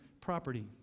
property